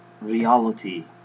reality